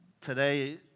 today